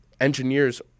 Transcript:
engineers